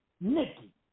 Nikki